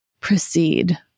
proceed